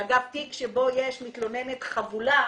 אגב, תיק שבו יש מתלוננת חבולה,